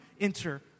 enter